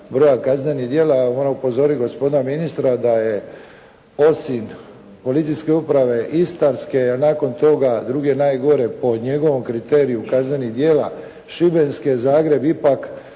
broja kaznenih djela ali moram upozoriti gospodina ministra da je osim policijske uprava Istarske a nakon toga druge najgore po njegovom kriteriju kaznenih djela Šibenske Zagreb ipak